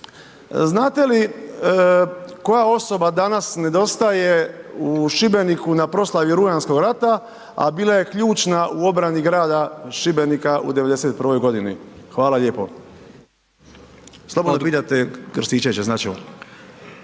znate li koja osoba danas nedostaje u Šibeniku na proslavi Rujanskog rata a bila je ključna u obrani grada Šibenika u '91. g.? Hvala lijepo. Slobodno pitajte Krstičevića, znat će